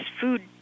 food